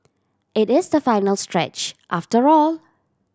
it is the final stretch after all